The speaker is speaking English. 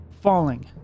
falling